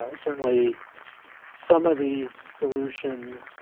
and certainly some of these solutions